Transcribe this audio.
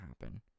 happen